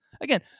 Again